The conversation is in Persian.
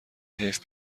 حیف